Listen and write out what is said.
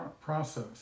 process